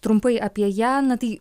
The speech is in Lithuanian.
trumpai apie ją na tai